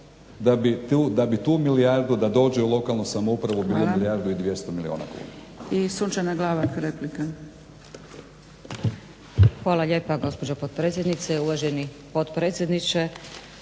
da bi tu milijardu da dođe u lokalnu samoupravu bili milijardu i 200 milijuna kuna.